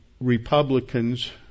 Republicans